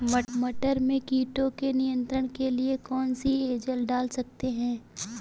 मटर में कीटों के नियंत्रण के लिए कौन सी एजल डाल सकते हैं?